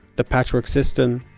the patchwork system,